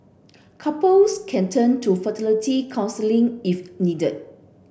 couples can turn to fertility counselling if needed